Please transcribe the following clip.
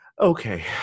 Okay